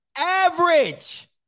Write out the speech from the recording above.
average